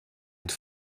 het